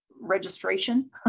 registration